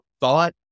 thought